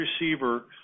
receiver